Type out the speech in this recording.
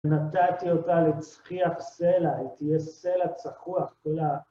נתתי אותה לצחיח סלע, היא תהיה סלע צחוח, כל ה...